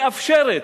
מאפשרת,